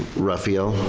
raphael?